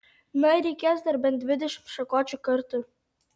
na ir reikės dar bent dvidešimt šakočių kartu